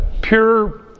pure